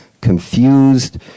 confused